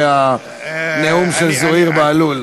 אחרי הנאום של זוהיר בהלול.